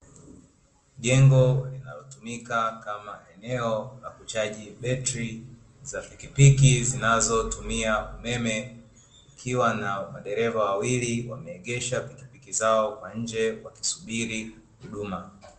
Jengo linalotumika kama eneo la kuchaji betri za pikipiki zinazotumia umeme, ikiwa na madereva wawili wameegesha pikipiki zao kwa nje wakisubiri huduma.